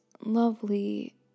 lovely